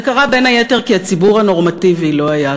זה קרה, בין היתר, כי הציבור הנורמטיבי לא היה שם,